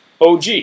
OG